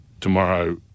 Tomorrow